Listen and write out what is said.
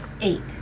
Eight